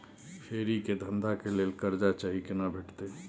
फेरी के धंधा के लेल कर्जा चाही केना भेटतै?